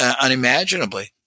unimaginably